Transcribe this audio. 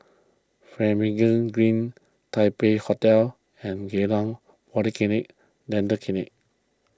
Finlayson Green Taipei Hotel and Geylang Polyclinic Dental Clinic